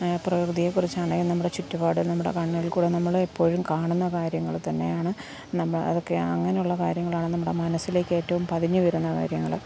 പ്രകൃതിയെ കുറിച്ച് ആണെങ്കിൽ നമ്മുടെ ചുറ്റുപാടും നമ്മുടെ കണ്ണ്കൾക്കൂടെ നമ്മൾ എപ്പോഴും കാണുന്ന കാര്യങ്ങൾ തന്നെയാണ് നമ്മൾ അതൊക്കെ അങ്ങനെയുള്ള കാര്യങ്ങളാണ് നമ്മുടെ മനസിലേക്ക് ഏറ്റവും പതിഞ്ഞ് വരുന്ന കാര്യങ്ങൾ